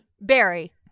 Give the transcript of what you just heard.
Barry